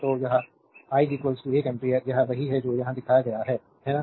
तो यह i एक एम्पियर यह वही है जो यहाँ दिखाया गया है है ना